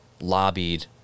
lobbied